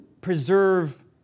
preserve